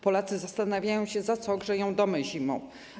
Polacy zastanawiają się, za co ogrzeją domy zimą.